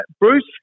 Bruce